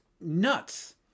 nuts